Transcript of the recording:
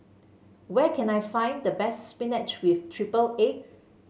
where can I find the best spinach with triple egg